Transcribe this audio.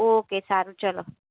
okay સારું ચલો